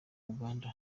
uganda